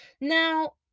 Now